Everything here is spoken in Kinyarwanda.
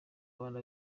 bari